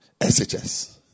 SHS